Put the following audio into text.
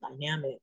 dynamic